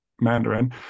Mandarin